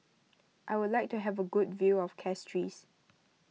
I would like to have a good view of Castries